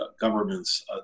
governments